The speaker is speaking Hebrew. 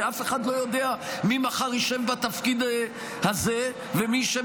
כי אף אחד לא יודע מי ישב מחר בתפקיד הזה ומי ישב